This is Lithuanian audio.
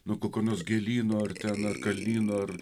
nuo kokio nors gėlyno ar ten kalnyno ar